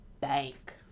bank